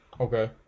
Okay